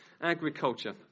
Agriculture